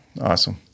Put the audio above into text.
Awesome